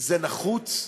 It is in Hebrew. זה נחוץ.